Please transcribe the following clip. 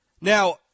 Now